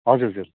हजुर हजुर